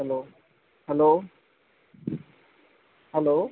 hello hello hello